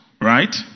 right